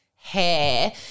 hair